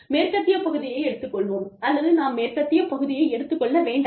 மேற்கத்தியப் பகுதியை எடுத்துக் கொள்ளலாம் அல்லது நாம் மேற்கத்திய பகுதியை எடுத்துக் கொள்ள வேண்டாம்